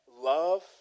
love